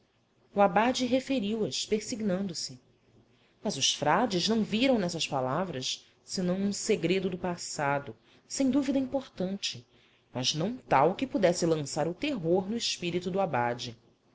o abade referiu as persignando se mas os frades não viram nessas palavras senão um segredo do passado sem dúvida importante mas não tal que pudesse lançar o terror no espírito do abade